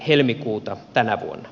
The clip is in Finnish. helmikuuta tänä vuonna